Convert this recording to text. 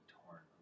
torn